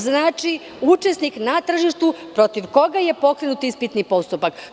Znači, učesnik na tržištu protiv koga je pokrenut ispitni postupak.